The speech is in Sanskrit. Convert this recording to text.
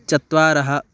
चत्वारः